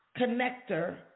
connector